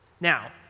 Now